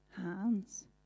hands